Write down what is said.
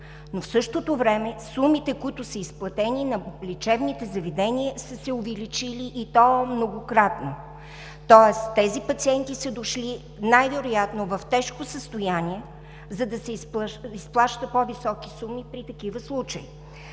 но в същото време сумите, които са изплатени на лечебните заведения, са се увеличили, и то многократно. Тоест тези пациенти са дошли най-вероятно в тежко състояние, за да се изплащат по-високи суми при такива случаи.